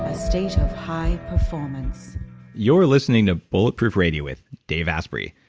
a state of high performance you're listening to bulletproof radio with dave asprey.